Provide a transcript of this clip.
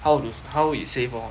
how t~ how he save lor